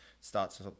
starts